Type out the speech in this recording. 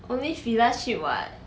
only Fila cheap what